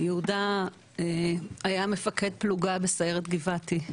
יהודה היה מפקד פלוגה בסיירת גבעתי.